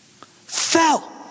Fell